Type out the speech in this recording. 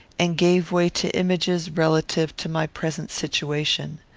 and gave way to images relative to my present situation.